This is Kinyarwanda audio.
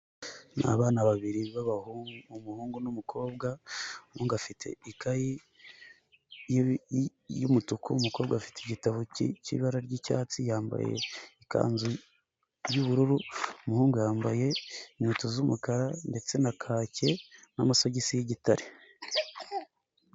N'abana babiri b'abahungu umuhungu n'umukobwa umuhungu afite ikayi y'umutuku umukobwa afite igitabo cy'ibara ry'icyatsi yambaye ikanzu y'ubururu ,umuhungu yambaye inkweto z'umukara ndetse na kake n'amasogisi y'igitare.